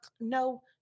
no